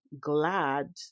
glad